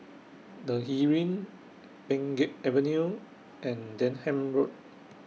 The Heeren Pheng Geck Avenue and Denham Road